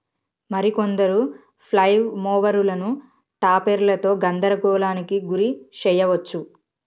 మరి కొందరు ఫ్లైల్ మోవరులను టాపెర్లతో గందరగోళానికి గురి శెయ్యవచ్చు